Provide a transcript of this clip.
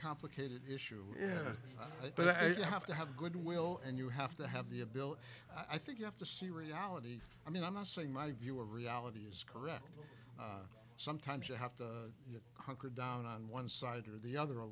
complicated issue yeah but i you have to have good will and you have to have the ability i think you have to see reality i mean i'm not saying my view of reality is correct sometimes you have to hunker down on one side or the other a